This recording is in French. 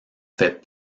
fait